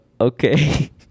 Okay